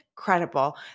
incredible